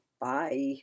Bye